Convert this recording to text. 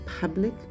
public